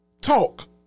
talk